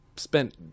spent